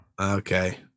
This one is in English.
Okay